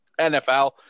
NFL